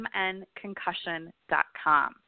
mnconcussion.com